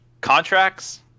contracts